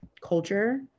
culture